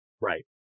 Right